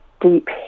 deep